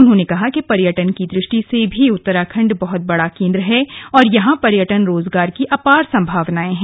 उन्होंने कहा कि पर्यटन की दृष्टि से उत्तराखंड बहुत बडा केन्द्र है और यहां पर्यटन रोजगार की अपार सम्भावनाएं है